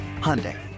Hyundai